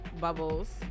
Bubbles